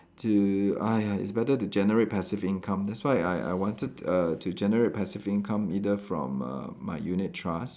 to !aiya! it's better to generate passive income that's why I I wanted uh to generate passive income either from uh my unit trust